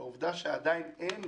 ועדיין אין